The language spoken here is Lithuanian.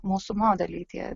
mūsų modeliai tie